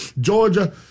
Georgia